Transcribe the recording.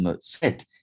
set